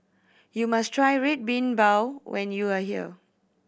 you must try Red Bean Bao when you are here